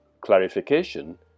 clarification